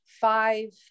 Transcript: five